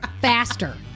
Faster